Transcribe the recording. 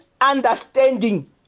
understanding